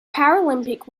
paralympic